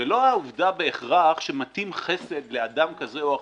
זו לא העובדה בהכרח שמטים חסד לאדם כזה או אחר.